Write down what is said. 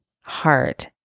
heart